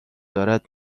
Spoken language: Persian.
دارد